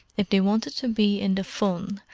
if they wanted to be in the fun,